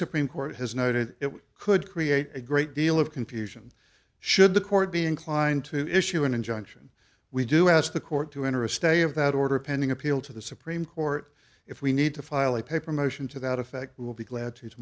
supreme court has noted it could create a great deal of confusion should the court be inclined to issue an injunction we do ask the court to enter a stay of that order pending appeal to the supreme court if we need to file a paper motion to that effect we will be glad